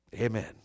Amen